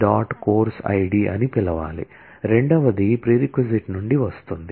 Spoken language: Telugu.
course id అని పిలవాలి రెండవది ప్రీరెక్ నుండి వస్తుంది